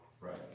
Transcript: Right